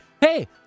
hey